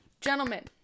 gentlemen